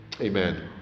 Amen